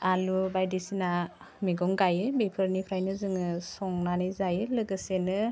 आलु बायदिसिना मैगं गायो बेफोरनिफ्रायनो जोङो संनानै जायो लोगोसेनो